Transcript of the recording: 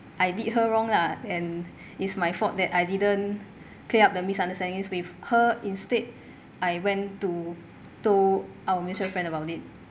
I did her wrong lah and it's my fault that I didn't clear up the misunderstandings with her instead I went to to our mutual friend about it